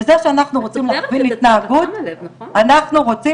ובזה שאנחנו רוצים להכווין התנהגות אנחנו רוצים